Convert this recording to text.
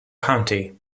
county